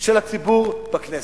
של הציבור בכנסת.